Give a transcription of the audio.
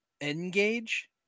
Engage